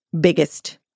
biggest